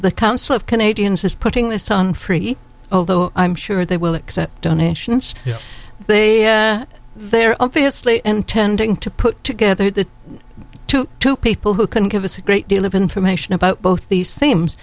the council of canadians is putting this on free although i'm sure they will accept donations they they're obviously intending to put together the two two people who can give us a great deal of information about both these